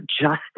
justice